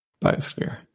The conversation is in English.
biosphere